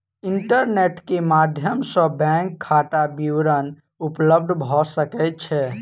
internet के माध्यम सॅ बैंक खाता विवरण उपलब्ध भ सकै छै